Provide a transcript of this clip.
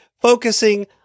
focusing